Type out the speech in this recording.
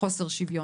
חוסר השוויון.